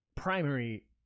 Primary